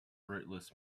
rootless